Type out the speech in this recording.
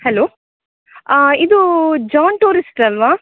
hello ಇದು John tourist ಅಲ್ವಾ